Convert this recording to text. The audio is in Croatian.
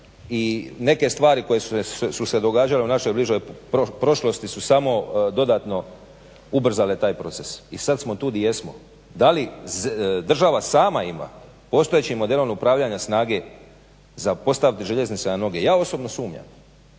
i neke stvari koje su se događale u našoj bližoj prošlosti su samo dodatno ubrzale taj proces. I sad smo tu di jesmo. Da li država sama ima postojećim modelom upravljanja snage za postaviti željeznice na noge? Ja osobno sumnjam